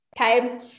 Okay